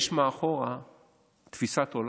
יש מאחור תפיסת עולם.